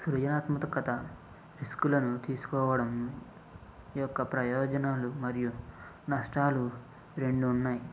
సృజనాత్మతకత రిస్కులను తీసుకోవడం ఈ యొక్క ప్రయోజనాలు మరియు నష్టాలు రెండు ఉన్నాయి